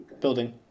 building